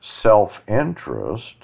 self-interest